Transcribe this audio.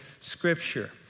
Scripture